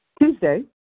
Tuesday